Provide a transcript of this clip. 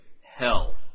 Health